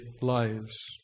lives